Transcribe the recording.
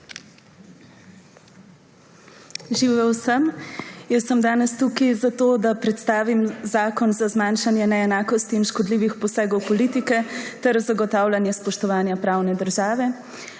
Živijo vsem! Jaz sem danes tukaj zato, da predstavim Zakon za zmanjšanje neenakosti in škodljivih posegov politike ter zagotavljanje spoštovanja pravne države.